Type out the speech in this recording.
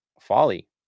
folly